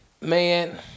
man